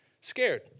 scared